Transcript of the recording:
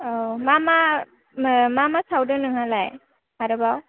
औ मा मा मा मा सावदों नोंहालाय आरोबाव